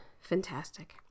Fantastic